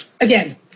again